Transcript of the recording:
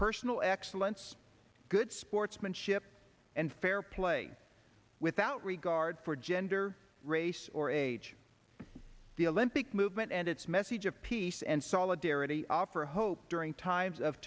personal excellence good sportsmanship and fair play without regard for gender race or age the olympic movement and its message of peace and solidarity offer hope during times of